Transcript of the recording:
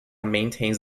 maintains